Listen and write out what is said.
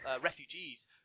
refugees